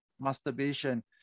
masturbation